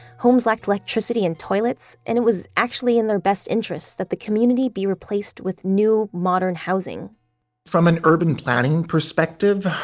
homes lacked electricity and toilets, and it was actually in their best interest that the community be replaced with new modern housing from an urban planning perspective,